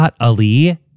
Ali